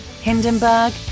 Hindenburg